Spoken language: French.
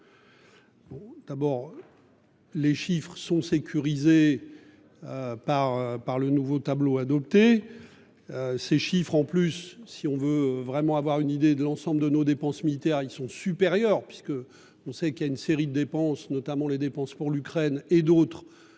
d'abord. Les chiffres sont sécurisés. Par par le nouveau tableau. Ces chiffres en plus si on veut vraiment avoir une idée de l'ensemble de nos dépenses militaires ils sont supérieurs puisque on sait qu'il y a une série de dépenses notamment les dépenses pour l'Ukraine et d'autres.